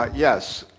ah yes.